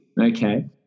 Okay